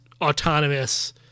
autonomous